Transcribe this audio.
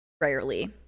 rarely